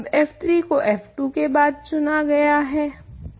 अब f3 को f2 के बाद चुना जाएगा